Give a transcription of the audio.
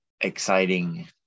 exciting